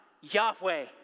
Yahweh